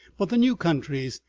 but the new countries,